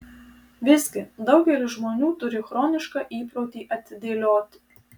visgi daugelis žmonių turį chronišką įprotį atidėlioti